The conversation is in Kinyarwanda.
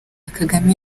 kagame